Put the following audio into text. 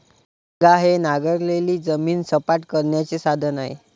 हेंगा हे नांगरलेली जमीन सपाट करण्याचे साधन आहे